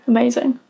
Amazing